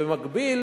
ובמקביל